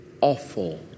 awful